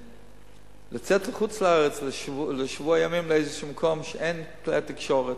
לצאת לחוץ-לארץ לשבוע ימים לאיזה מקום שאין שם כלי תקשורת,